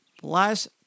plus